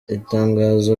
itangazo